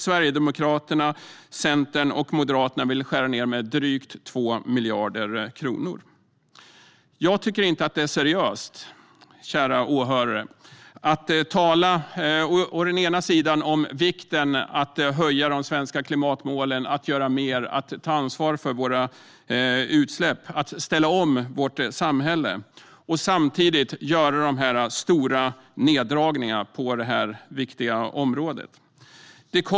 Sverigedemokraterna, Centern och Moderaterna vill skära ned med drygt 2 miljarder kronor. Jag tycker inte att det är seriöst, kära åhörare, att å ena sidan tala om vikten av att höja de svenska klimatmålen, att göra mer, att ta ansvar för våra utsläpp och att ställa om vårt samhälle, å andra sidan göra dessa stora neddragningar på detta viktiga område.